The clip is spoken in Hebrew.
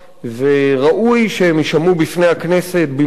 וראוי שהם יישמעו בפני שהכנסת במלואם